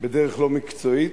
בדרך לא מקצועית,